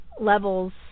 levels